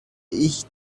ich